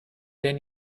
denn